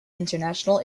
international